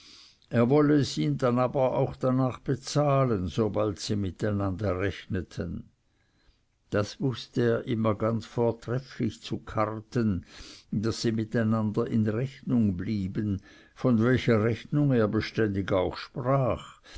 er wolle es ihm dann aber auch darnach bezahlen sobald sie mit einander rechneten das wußte er immer ganz vortrefflich zu karten daß sie mit einander in rechnung blieben von welcher rechnung er beständig auch sprach